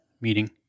meeting